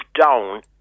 down